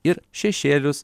ir šešėlius